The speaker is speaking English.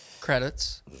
credits